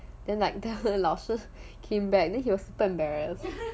then like 老师 came back then he was super embarrassed